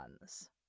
ones